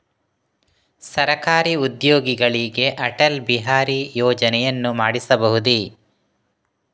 ಸರಕಾರಿ ಉದ್ಯೋಗಿಗಳಿಗೆ ಅಟಲ್ ಬಿಹಾರಿ ಯೋಜನೆಯನ್ನು ಮಾಡಿಸಬಹುದೇ?